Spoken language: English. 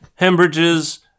Hembridges